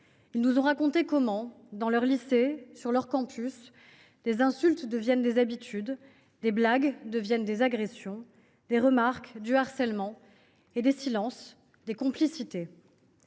Ils nous ont raconté comment, dans leurs lycées, sur leurs campus, des insultes deviennent des habitudes, des blagues deviennent des agressions, des remarques du harcèlement et des silences des complicités.